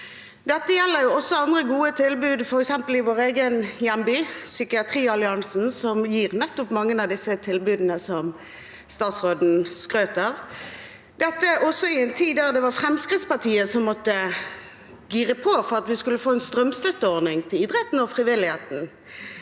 Dette gjelder også andre gode tilbud, f.eks. Psykiatrialliansen i vår egen hjemby, som gir nettopp mange av disse tilbudene som statsråden skrøt av. Dette skjedde også i en tid da det var Fremskrittspartiet som måtte gire på for at vi skulle få en strømstøtteordning til idretten og frivilligheten.